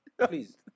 please